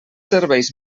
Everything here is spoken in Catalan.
serveis